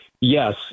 Yes